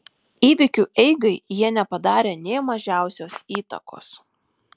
įvykių eigai jie nepadarė nė mažiausios įtakos